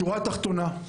בשורה התחתונה,